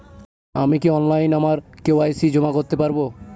আমি কি অনলাইন আমার কে.ওয়াই.সি জমা করতে পারব?